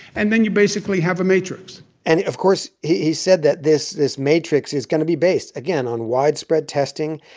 and then you basically have a matrix and, of course, he said that this this matrix is going to be based, again, on widespread testing.